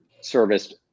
serviced